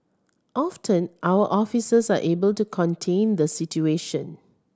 often our officers are able to contain the situation